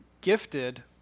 gifted